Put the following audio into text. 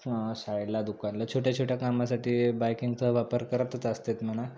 शाळेला दुकानाला छोट्या छोट्या कामासाठी बाईकिंगचा वापर करतच असतात म्हणा